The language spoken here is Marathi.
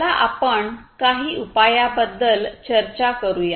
चला आपण काही उपायाबद्दल चर्चा करूया